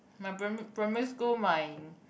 my primary primary school my